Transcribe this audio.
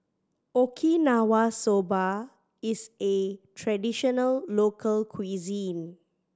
Okinawa Soba is a traditional local cuisine